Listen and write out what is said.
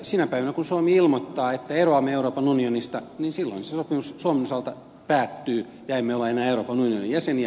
sinä päivänä kun suomi ilmoittaa että eroamme euroopan unionista se sopimus suomen osalta päättyy ja emme ole enää euroopan unionin jäseniä